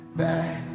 back